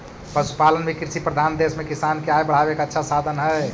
पशुपालन भी कृषिप्रधान देश में किसान के आय बढ़ावे के अच्छा साधन हइ